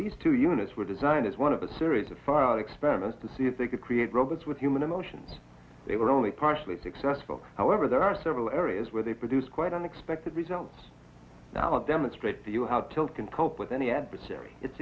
these two units were designed as one of a series of experiments to see if they could create robots with human emotions they were only partially successful however there are several areas where they produce quite unexpected results now demonstrate to you how tilt can cope with any adversary it's